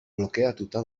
blokeatuta